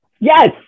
Yes